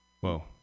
Whoa